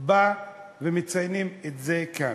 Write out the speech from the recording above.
בא ומציינים את זה כאן.